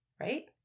Right